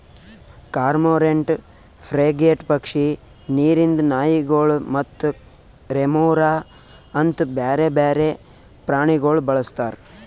cormorant, frigate ಪಕ್ಷಿ, ನೀರಿಂದ್ ನಾಯಿಗೊಳ್ ಮತ್ತ ರೆಮೊರಾ ಅಂತ್ ಬ್ಯಾರೆ ಬೇರೆ ಪ್ರಾಣಿಗೊಳ್ ಬಳಸ್ತಾರ್